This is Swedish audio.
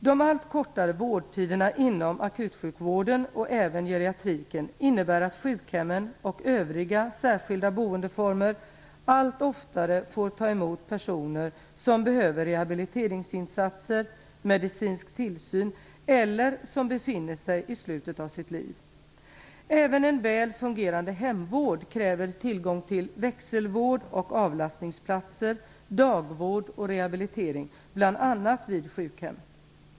De allt kortare vårdtiderna inom akutsjukvården och även inom geriatriken innebär att sjukhemmen och övriga särskilda boendeformer allt oftare får ta emot personer som behöver rehabiliteringsinsatser, medicinsk tillsyn eller som befinner sig i slutstadiet av sitt liv. Även en väl fungerande hemvård kräver tillgång till växelvård och avlastningsplatser, dagvård och rehabilitering, bl.a. vid sjukhem.